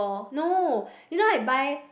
no you know I buy